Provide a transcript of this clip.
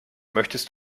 möchtest